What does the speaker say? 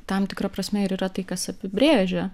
tam tikra prasme ir yra tai kas apibrėžia